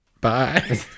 bye